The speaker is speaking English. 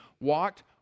walked